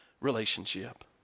relationship